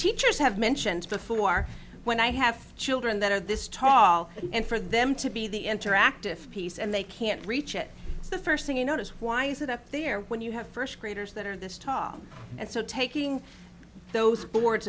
teachers have mentioned before when i have children that are this tall and for them to be the interactive piece and they can't reach it the first thing you notice why is that up there when you have first graders that are this tall and so taking those boards